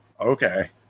okay